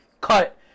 cut